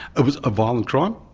it was a violent crime.